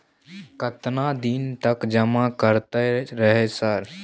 केतना दिन तक जमा करते रहे सर?